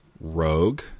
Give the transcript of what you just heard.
rogue